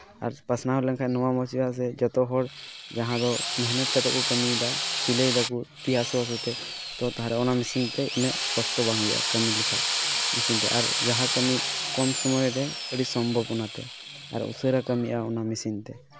ᱟᱨ ᱯᱟᱥᱱᱟᱣ ᱞᱮᱱᱠᱷᱟᱱ ᱱᱚᱣᱟ ᱢᱚᱡᱽ ᱦᱩᱭᱩᱜᱼᱟ ᱥᱮ ᱡᱚᱛᱚ ᱦᱚᱲ ᱡᱟᱦᱟᱸ ᱫᱚ ᱢᱮᱦᱱᱚᱛ ᱠᱟᱛᱮᱫ ᱠᱚ ᱠᱟᱹᱢᱤᱭᱫᱟ ᱥᱤᱞᱟᱹᱭ ᱫᱟᱠᱚ ᱛᱤ ᱦᱟᱹᱥᱩ ᱦᱟᱹᱥᱩ ᱛᱮ ᱛᱳ ᱛᱟᱦᱞᱮ ᱚᱱᱟ ᱢᱮᱹᱥᱤᱱ ᱛᱮ ᱤᱱᱟᱹᱜ ᱠᱚᱥᱴᱚ ᱵᱟᱝ ᱦᱩᱭᱩᱜᱼᱟ ᱠᱟᱹᱢᱤ ᱞᱮᱠᱷᱟᱱ ᱢᱮᱹᱥᱤᱱ ᱛᱮ ᱟᱨ ᱡᱟᱦᱟᱸ ᱠᱟᱹᱢᱤ ᱠᱚᱢ ᱥᱚᱢᱚᱭ ᱨᱮ ᱟᱹᱰᱤ ᱥᱚᱢᱵᱷᱚᱵᱚᱱᱟ ᱛᱮ ᱟᱨ ᱩᱥᱟᱹᱨᱟ ᱠᱟᱹᱢᱤᱜᱼᱟ ᱚᱱᱟ ᱢᱮᱹᱥᱤᱱ ᱛᱮ